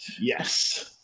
Yes